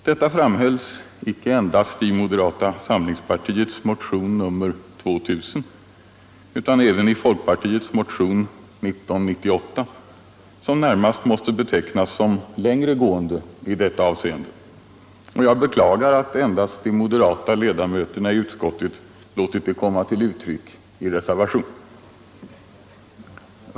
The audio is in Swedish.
Detta framhölls icke endast i moderata samlingspartiets motion 2000 utan även i folkpartiets motion 1998, som närmast måste betecknas 177 som längre gående i detta avseende. Jag beklagar att endast de moderata ledmöterna i utskottet låtit det komma till uttryck i reservation.